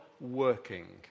working